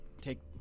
take